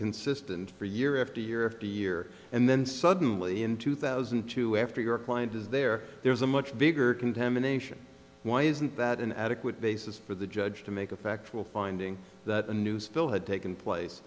consistent for year after year after year and then suddenly in two thousand and two after your client is there there's a much bigger contamination why isn't that an adequate basis for the judge to make a factual finding that a new spill had taken place